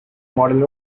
model